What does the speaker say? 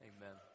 Amen